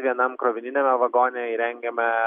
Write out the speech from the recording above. vienam krovininiame vagone įrengėme